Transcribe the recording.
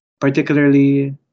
particularly